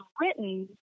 written—